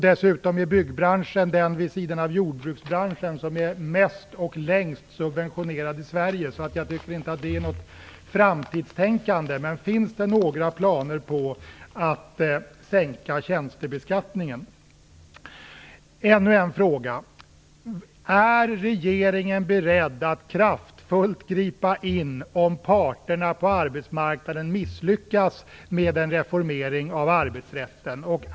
Dessutom är byggbranschen, vid sidan av jordbruksbranschen, den mest och längst subventionerade i Sverige. Jag tycker inte att det är något framtidstänkande. Finns det några planer på att sänka tjänstebeskattningen? Jag har ännu en fråga. Är regeringen beredd att kraftfullt gripa in om parterna på arbetsmarknaden misslyckas med en reformering av arbetsrätten?